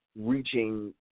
reaching